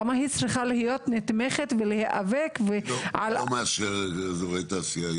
למה היא צריכה להיות נתמכת ולהיאבק --- מי לא מאשר אזורי תעשייה?